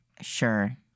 Sure